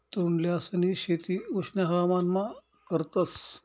तोंडल्यांसनी शेती उष्ण हवामानमा करतस